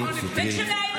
הצענו לכם פשרה.